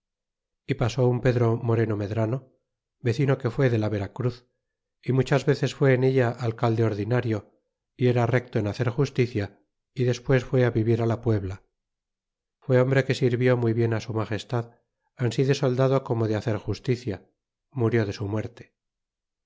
y pasó un pedro moreno medrano vecino que fuó de la vera cruz y muchas veces fué en ella alcalde ordinario y era recto en hacer justicia y despues fué vivir la puebla fué hombre que sirvió muy bien ti su magestad ansi de soldado como de hacer justicia murió de su muerte